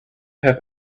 have